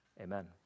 amen